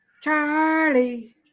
Charlie